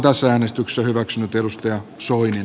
leikkausten sijaan tarvitaan elvytystä